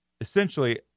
Essentially